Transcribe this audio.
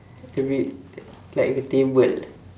every like the table